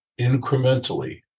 incrementally